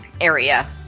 area